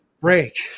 break